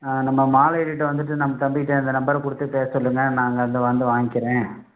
நம்ம மாலையீடுட்டே வந்துவிட்டு நம்ம தம்பிட்டே இந்த நம்பரை கொடுத்து பேச சொல்லுங்கள் நான் அங்க வந்து வந்து வாங்கிக்கிறேன்